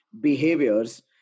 behaviors